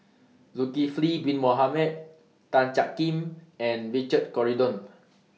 Zulkifli Bin Mohamed Tan Jiak Kim and Richard Corridon